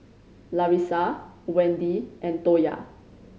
Larissa Wendi and Toya